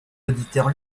auditeur